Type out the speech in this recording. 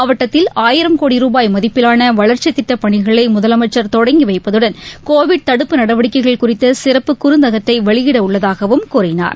மாவட்டத்தில் ஆயிரம் கோடி ரூபாய் மதிப்பிலான வளர்ச்சி திட்டப்பணிகளை முதலமைச்சர் தொடங்கி வைப்பதுடன் கோவிட் தடுப்பு நடவடிக்கைகள் குறித்த சிறப்பு குறுந்தகட்டை வெளியிட உள்ளதாகவும் கூறினார்